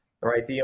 right